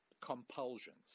compulsions